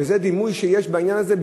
זה הדימוי שיש בעניין הזה,